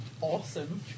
Awesome